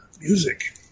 music